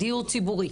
דיור ציבורי